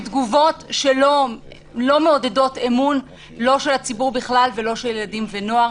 הן תגובות שלא מעודדות אמון לא של הציבור בכלל ולא של ילדים ונוער.